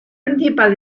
principal